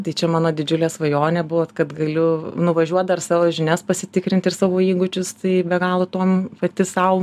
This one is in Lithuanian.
tai čia mano didžiulė svajonė buvo kad galiu nuvažiuot dar savo žinias pasitikrint ir savo įgūdžius tai be galo tuom pati sau